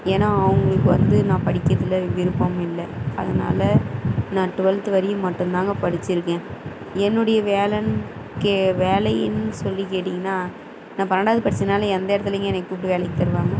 ஏன்னால் அவங்களுக்கு வந்து நான் படிக்கிறதில் விருப்பம் இல்லை அதனால் நான் ட்வெல்த் வரையும் மட்டுந்தாங்க படிச்சுருக்கேன் என்னுடைய வேலைன்னு கே வேலையின் சொல்லி கேட்டிங்கன்னா நான் பன்னெண்டாவது படிச்சதுனால் எந்த இடத்துலைங்க என்னைய கூப்பிட்டு வேலையை தருவாங்க